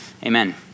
Amen